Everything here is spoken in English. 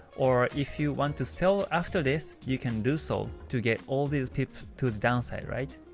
or, if you want to sell after this, you can do so to get all these pips to the downside, alright?